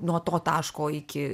nuo to taško iki